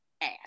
ass